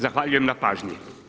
Zahvaljujem na pažnji.